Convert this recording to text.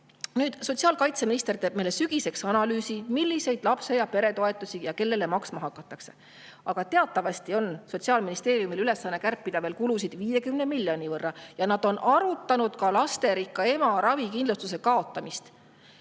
[piisaks].Sotsiaalkaitseminister teeb meile sügiseks analüüsi, milliseid lapse- ja peretoetusi ja kellele maksma hakatakse. Aga teatavasti on Sotsiaalministeeriumil ülesanne kärpida kulusid 50 miljoni euro võrra ja nad on arutanud ka lasterikka [pere] ema ravikindlustuse kaotamist,